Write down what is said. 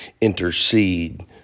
intercede